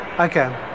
Okay